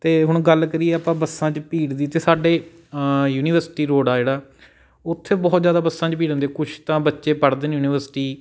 ਅਤੇ ਹੁਣ ਗੱਲ ਕਰੀਏ ਆਪਾਂ ਬੱਸਾਂ 'ਚ ਭੀੜ ਦੀ ਤਾਂ ਸਾਡੇ ਯੂਨੀਵਰਸਿਟੀ ਰੋਡ ਆ ਜਿਹੜਾ ਉੱਥੇ ਬਹੁਤ ਜ਼ਿਆਦਾ ਬੱਸਾਂ ਦੀ ਭੀੜ ਹੁੰਦੀ ਹੈ ਕੁਛ ਤਾਂ ਬੱਚੇ ਪੜ੍ਹਦੇ ਨੇ ਯੂਨੀਵਰਸਿਟੀ